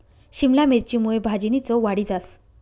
शिमला मिरची मुये भाजीनी चव वाढी जास